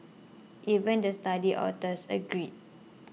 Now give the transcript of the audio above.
even the study authors agreed